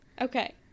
Okay